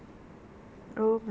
of course